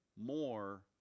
more